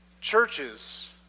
churches